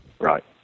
Right